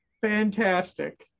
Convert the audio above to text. fantastic